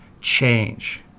change